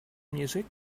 music